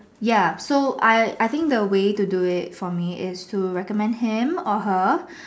ya so I I think the way to do for me is to recommend him or her